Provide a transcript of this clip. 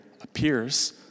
appears